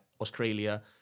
Australia